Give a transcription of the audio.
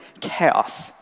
chaos